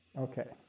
okay